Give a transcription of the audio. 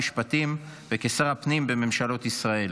למשפטים באוניברסיטה העברית ודוקטורט במשפטים